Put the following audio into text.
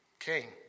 okay